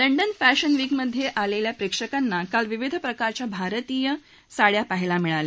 London fashion वीकमध्ये आलेल्या प्रेक्षकांना काल विविध प्रकारच्या भारतीय साङ्या पहायला मिळाल्या